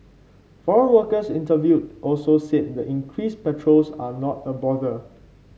foreign workers interviewed also said the increased patrols are not a bother